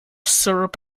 syrup